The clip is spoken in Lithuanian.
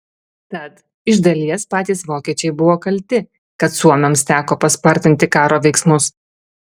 tad iš dalies patys vokiečiai buvo kalti kad suomiams teko paspartinti karo veiksmus